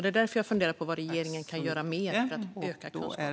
Jag funderar därför på vad regeringen kan göra mer för att öka kunskapen.